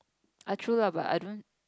ah true lah but I don't